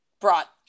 brought